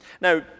Now